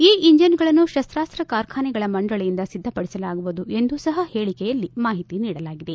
ಈ ಎಂಜಿನ್ಗಳನ್ನು ಶಸ್ತಾರ್ಡ ಕಾರ್ಖಾನೆಗಳ ಮಂಡಳಿಯಿಂದ ಸಿದ್ಧಪಡಿಸಲಾಗುವುದು ಎಂದೂ ಸಹ ಹೇಳಿಕೆಯಲ್ಲಿ ಮಾಹಿತಿ ನೀಡಲಾಗಿದೆ